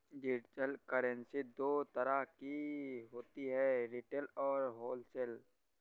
digital currency दो तरह की होती है रिटेल और होलसेल